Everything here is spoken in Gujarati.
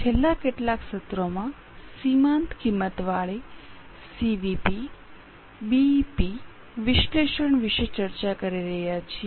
છેલ્લા કેટલાક સત્રોમાં સીમાંત કિંમતવાળી સીવીપી બીઇપી નું વિશ્લેષણ તથા તેની એપ્લીકેશન્સ વિષે ચર્ચા કરી રહ્યા છીએ